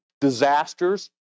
Disasters